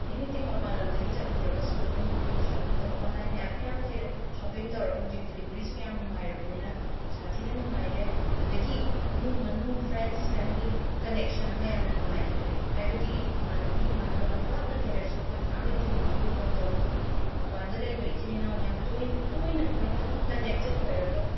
anything ꯃꯄꯥꯟ ꯂꯝꯗꯒꯤ ꯆꯠꯂꯨꯗ꯭ꯔꯒꯁꯨ ꯑꯗꯨꯝ ꯑꯩꯈꯣꯏꯅ ꯁꯣꯄꯤꯡ ꯇꯧꯕ ꯑꯣꯟꯂꯥꯏꯟ ꯑꯦꯞ ꯃꯌꯥꯝ ꯂꯩꯔꯦ ꯁꯣꯄꯤꯡ ꯇꯧꯔꯒ ꯍꯧꯖꯤꯛ ꯗꯤꯂꯤꯕꯔꯤꯁꯨ ꯌꯥꯝꯅ ꯅꯨꯡꯉꯥꯏꯔꯕꯅꯤꯅ ꯌꯥꯝꯅ ꯁꯥꯊꯤꯅ ꯅꯨꯡꯉꯥꯏꯔꯦ ꯑꯗꯒꯤ ꯏꯃꯨꯡ ꯃꯅꯨꯡ ꯐ꯭ꯔꯦꯟꯁ ꯐꯦꯃꯤꯂꯤ ꯀꯅꯦꯛꯁꯟ ꯑꯃ ꯌꯥꯝꯅ ꯅꯨꯡꯉꯥꯏꯍꯜꯂꯦ ꯍꯥꯏꯕꯗꯤ ꯏꯃꯥꯟꯅꯕꯤ ꯏꯃꯥꯟꯅꯕ ꯂꯝ ꯂꯥꯞꯅ ꯂꯩꯔꯁꯨ ꯑꯩꯈꯣꯏ ꯉꯥꯏꯍꯥꯛ ꯂꯩꯇꯅ ꯕꯤꯗ꯭ꯌꯣ ꯀꯣꯜ ꯇꯧꯏ ꯃꯄꯥꯟꯗ ꯂꯩꯕ ꯏꯆꯤꯟ ꯏꯅꯥꯎ ꯃꯌꯥꯝ ꯇꯣꯏꯅ ꯇꯣꯏꯅ ꯇꯣꯏꯅ ꯑꯗꯨꯝ ꯀꯅꯦꯛꯇꯦꯠ ꯑꯣꯏꯔꯒ